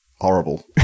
horrible